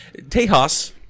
Tejas